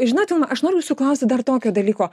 žinot vilma aš noriu jūsų klausti dar tokio dalyko